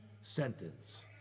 sentence